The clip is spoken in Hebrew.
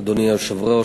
אדוני היושב-ראש,